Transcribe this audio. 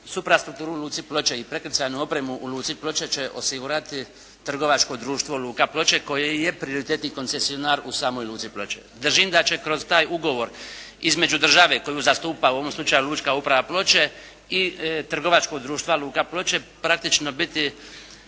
Suprastrukturu u Luci Ploče i prekrcajnu opremu u luci Ploče će osigurati trgovačko društvo luka Ploče koje i je prioritetni koncesionar u samoj Luci Ploče. Držim da će kroz taj ugovor između države koju zastupa u ovom slučaju lučka uprava Ploče i trgovačko društvo luka Ploče praktično biti